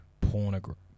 Pornography